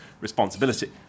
responsibility